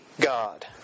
God